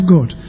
God